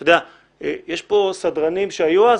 אתה יודע, יש פה סדרנים שהיו אז?